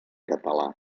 català